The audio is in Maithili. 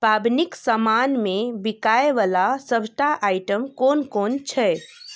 पाबनिक समान मे बिकायवला सभटा आइटम कोन कोन छै